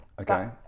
Okay